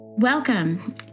Welcome